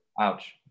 Ouch